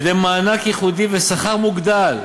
על-ידי מענק ייחודי ושכר מוגדל.